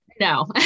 No